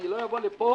אני לא אבוא לפה